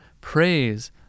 praise